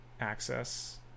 access